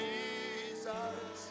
Jesus